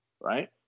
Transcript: right